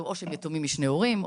או שהם יתומים משני הורים,